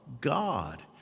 God